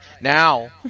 Now